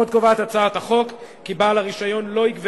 עוד קובעת הצעת החוק כי בעל הרשיון לא יגבה